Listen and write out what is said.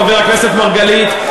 חבר הכנסת מרגלית.